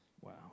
Wow